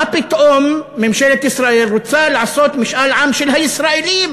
מה פתאום ממשלת ישראל רוצה לעשות משאל עם של הישראלים